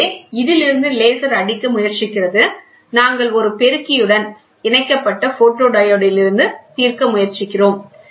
எனவே இதிலிருந்து லேசர் அடிக்க முயற்சிக்கிறது நாங்கள் ஒரு பெருக்கியுடன் இணைக்கப்பட்ட போட்டோடியோடில் இருந்து தீர்க்க முயற்சிக்கிறோம்